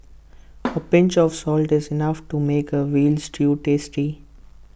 A pinch of salt is enough to make A Veal Stew tasty